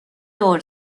دور